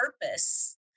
purpose